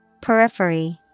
Periphery